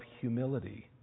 humility